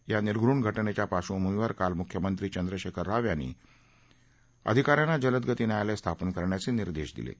या निर्घृण घटनेच्या पार्श्वभूमीवर काल मुख्यमंत्री चन्द्रशेखर राव यांनी अधिअकार्याना जलदगती न्यायालय स्थापन करण्याहे निर्देश दिले आहेत